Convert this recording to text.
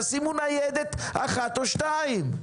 תשימו ניידת אחת או שתיים.